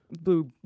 blue